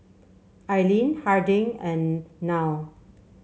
Aileen Harding and Nile